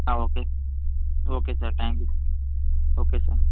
okay okay sir thank you okay sir